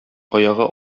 аягы